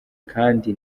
kandi